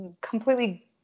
completely